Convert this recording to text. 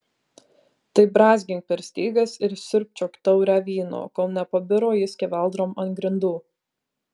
tai brązgink per stygas ir siurbčiok taurę vyno kol nepabiro ji skeveldrom ant grindų